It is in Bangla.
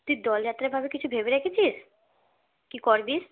তুই দোলযাত্রার ব্যাপারে কিছু ভেবে রেখেছিস কী করবি